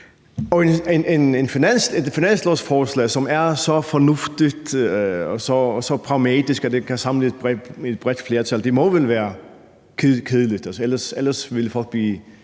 Et finanslovsforslag, som er så fornuftigt og så pragmatisk, at det kan samle et bredt flertal, må vel være kedeligt,